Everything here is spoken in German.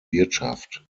wirtschaft